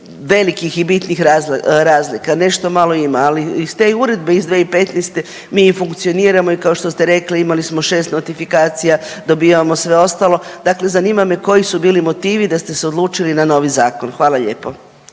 velikih i bitnih razlika. Nešto malo ima, ali iz te uredbe iz 2015. mi funkcioniramo i kao što ste rekli imali smo 6 notifikacija, dobivamo sve ostalo, dakle zanima me koji su bili motivi da ste se odlučili na novi zakon. Hvala lijepo.